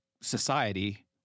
society